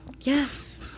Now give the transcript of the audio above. Yes